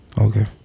Okay